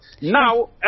Now